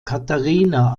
katharina